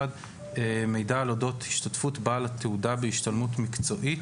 (5)מידע על אודות השתתפות בעל התעודה בהשתלמות מקצועית,